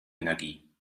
energie